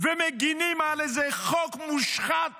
ומגינים על איזה חוק מושחת